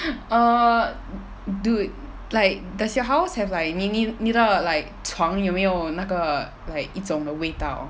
err dude like does your house have like 你你你的 like 床有没有那个 like 一种的味道